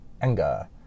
anger